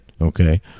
okay